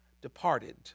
departed